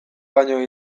baino